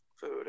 food